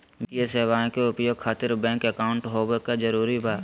वित्तीय सेवाएं के उपयोग खातिर बैंक अकाउंट होबे का जरूरी बा?